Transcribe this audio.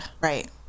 Right